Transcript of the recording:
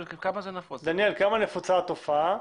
נפוצה.